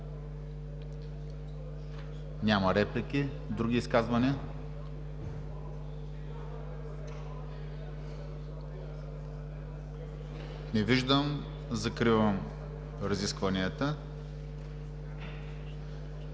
Няма. Други изказвания? Не виждам. Закривам разискванията.